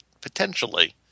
potentially